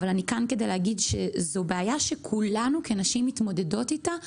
אבל אני כאן כדי להגיד שזו בעיה שכולנו כנשים מתמודדות אתה,